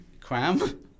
Cram